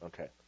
okay